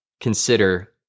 consider